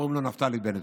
קוראים לו נפתלי בנט.